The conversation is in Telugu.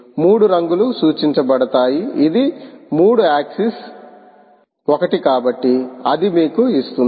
3 రంగులు సూచించబడతాయి ఇది 3 ఆక్సిస్ ఒకటి కాబట్టి అది మీకు ఇస్తుంది